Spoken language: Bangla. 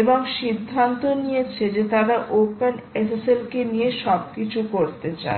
এবং সিদ্ধান্ত নিয়েছে যে তারা OpenSSL কে নিয়ে সবকিছু করতে চায়